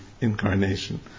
incarnation